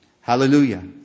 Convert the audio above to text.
Hallelujah